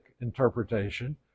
interpretation